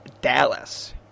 Dallas